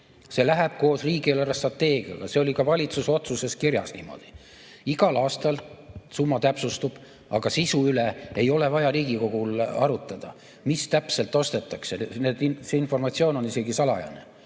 See läheb koos riigi eelarvestrateegiaga, see oli ka valitsuse otsuses kirjas niimoodi. Igal aastal summa täpsustub, aga sisu üle ei ole vaja Riigikogul arutada, mis täpselt ostetakse. See informatsioon on isegi salajane.